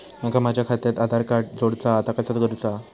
माका माझा खात्याक आधार कार्ड जोडूचा हा ता कसा करुचा हा?